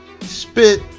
spit